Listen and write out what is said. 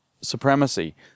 supremacy